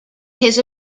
his